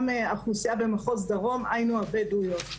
האוכלוסייה במחוז דרום כמו הבדואיות,